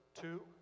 two